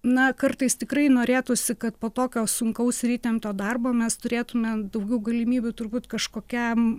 na kartais tikrai norėtųsi kad po tokio sunkaus ir įtempto darbo mes turėtume daugiau galimybių turbūt kažkokiam